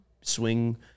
swing